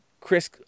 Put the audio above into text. Chris